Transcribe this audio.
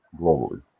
globally